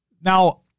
Now